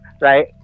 right